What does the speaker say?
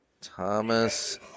Thomas